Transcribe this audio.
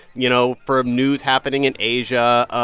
you know, for news happening in asia.